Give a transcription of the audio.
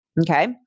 Okay